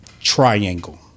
triangle